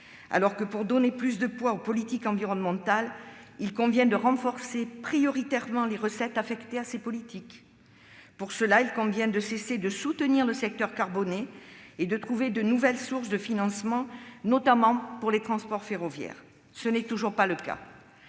convient, pour donner plus de poids aux politiques environnementales, de renforcer prioritairement les recettes affectées à ces politiques. Pour cela, il faut cesser de soutenir le secteur carboné et trouver de nouvelles sources de financement, notamment pour les transports ferroviaires. Ce n'est toujours pas le cas.